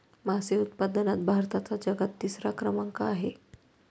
मासे उत्पादनात भारताचा जगात तिसरा क्रमांक आहे